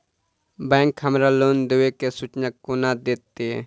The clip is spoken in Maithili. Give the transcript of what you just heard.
बैंक हमरा लोन देय केँ सूचना कोना देतय?